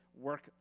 work